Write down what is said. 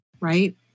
right